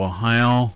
Ohio